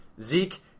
Zeke